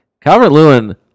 Calvert-Lewin